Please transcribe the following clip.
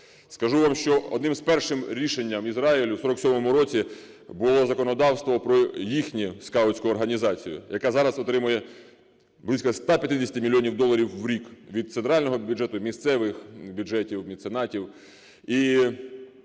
Скажу вам, що одним з перших рішенням Ізраїлю в 47-му році було законодавство про їхню скаутську організацію, яка зараз отримує близько 150 мільйонів доларів в рік від центрального бюджету і місцевих бюджетів, меценатів.